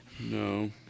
No